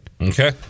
Okay